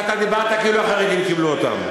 שאתה דיברת כאילו החרדים קיבלו אותן.